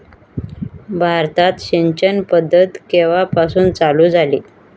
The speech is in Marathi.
भारतात सिंचन पद्धत केवापासून चालू झाली?